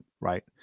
right